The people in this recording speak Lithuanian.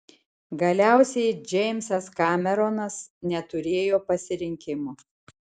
galiausiai džeimsas kameronas neturėjo pasirinkimo